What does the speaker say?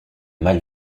mal